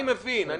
אני מבין,